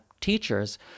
teachers